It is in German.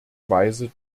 weise